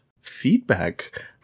feedback